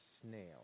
snail